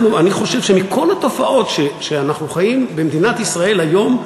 אני חושב שמכל התופעות שאנחנו חיים במדינת ישראל היום,